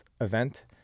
event